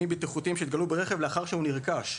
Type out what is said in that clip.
הבטיחותיים שהתגלו ברכב לאחר שהוא נרכש,